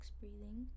breathing